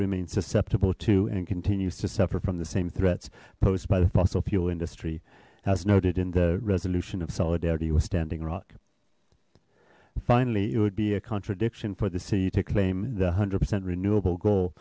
remains susceptible to and continues to suffer from the same threats posed by the fossil fuel industry as noted in the resolute of solidarity with standing rock finally it would be a contradiction for the city to claim the one hundred percent renewable go